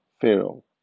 Pharaoh